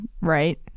right